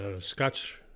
Scotch